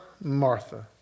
Martha